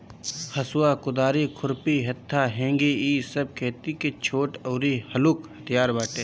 हसुआ, कुदारी, खुरपी, हत्था, हेंगी इ सब खेती के छोट अउरी हलुक हथियार बाटे